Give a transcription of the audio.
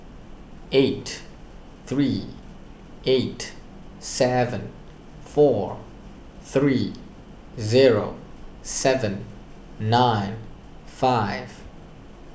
eight three eight seven four three zero seven nine five